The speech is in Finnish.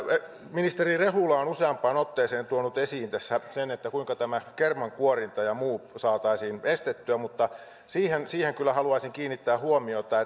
ministeri rehula on useampaan otteeseen tuonut esiin tässä sen kuinka tämä kermankuorinta ja muu saataisiin estettyä mutta siihen siihen kyllä haluaisin kiinnittää huomiota